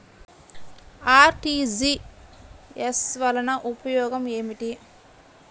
RTGS వలన ఉపయోగం ఏమిటీ?